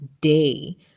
day